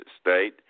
state